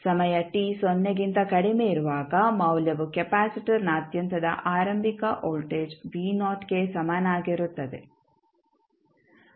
ಸಮಯ t ಸೊನ್ನೆಗಿಂತ ಕಡಿಮೆ ಇರುವಾಗ ಮೌಲ್ಯವು ಕೆಪಾಸಿಟರ್ನಾದ್ಯಂತದ ಆರಂಭಿಕ ವೋಲ್ಟೇಜ್ v ನಾಟ್ ಗೆ ಸಮನಾಗಿರುತ್ತದೆ